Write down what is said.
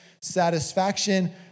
satisfaction